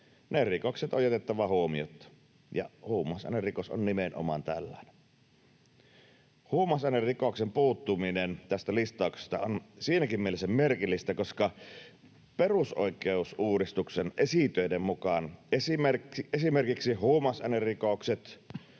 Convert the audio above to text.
ja listauksia, on jätettävä huomiotta, ja huumausainerikos on nimenomaan tällainen. Huumausainerikoksen puuttuminen tästä listauksesta on siinäkin mielessä merkillistä, että perusoikeusuudistuksen esitöiden mukaan esimerkiksi huumausainerikokset,